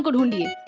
but to leave.